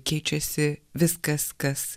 keičiasi viskas kas